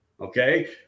Okay